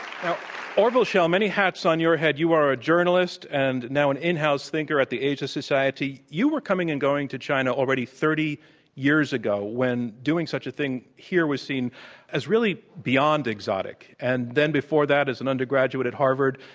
orville schell, many hats on your head. you are a journalist and now an in-house thinker at the asia society. you were coming and going to china already thirty years ago when doing such a thing here was seen as really beyond exotic, and then before that as an undergraduate at harvard,